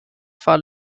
fall